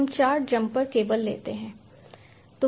हम चार jumper cable लेते हैं